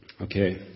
Okay